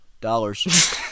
dollars